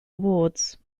awards